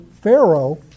Pharaoh